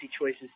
choices